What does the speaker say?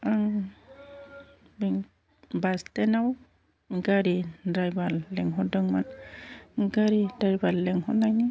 आं बास स्टेन्दआव गारि द्राइभार लिंहरदोंमोन गारि द्राइभार लिंहरनायनि